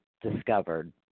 discovered